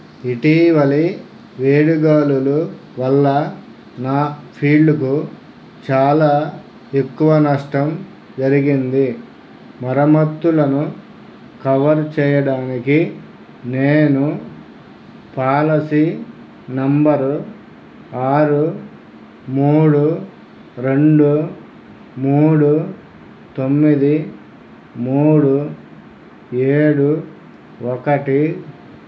ఇటీవలి వేడుగాలుల వల్ల నా ఫీల్డ్కు చాలా ఎక్కువ నష్టం జరిగింది మరమ్మత్తులను కవర్ చేయడానికి నేను పాలసీ నెంబర్ ఆరు మూడు రెండు మూడు తొమ్మిది మూడు ఏడు ఒకటి